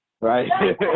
right